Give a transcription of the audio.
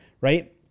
right